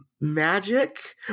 magic